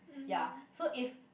ya so if